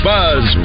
Buzz